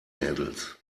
mädels